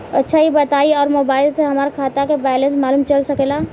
अच्छा ई बताईं और मोबाइल से हमार खाता के बइलेंस मालूम चल सकेला?